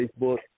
Facebook